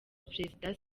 perezida